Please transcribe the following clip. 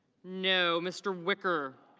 no. mr. wicker